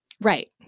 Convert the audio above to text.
Right